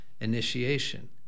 initiation